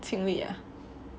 清理 ah